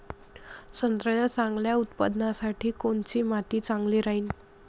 संत्र्याच्या चांगल्या उत्पन्नासाठी कोनची माती चांगली राहिनं?